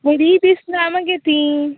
बरीं दिसना मगे तीं